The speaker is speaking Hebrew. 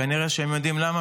כנראה שהם יודעים למה,